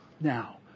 Now